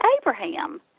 Abraham